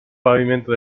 pavimento